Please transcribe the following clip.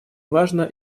важно